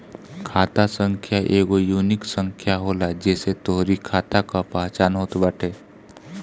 खाता संख्या एगो यूनिक संख्या होला जेसे तोहरी खाता कअ पहचान होत बाटे